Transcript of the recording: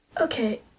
Okay